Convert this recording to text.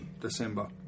December